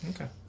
Okay